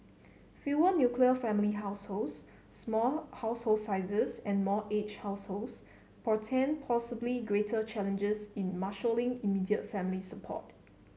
fewer nuclear family households small household sizes and more aged households portend possibly greater challenges in marshalling immediate family support